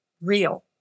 real